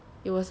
ya lor